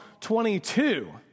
22